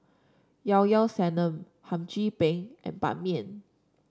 Llao Llao Sanum Hum Chim Peng and Ban Mian